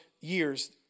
years